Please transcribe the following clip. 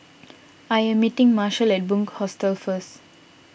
I am meeting Marshal at Bunc Hostel first